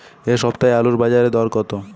এ সপ্তাহে আলুর বাজারে দর কত?